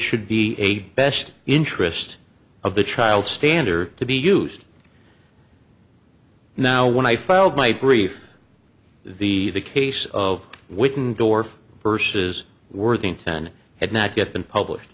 should be a best interest of the child standard to be used now when i filed my brief the the case of witten dorf versus worthington had not yet been published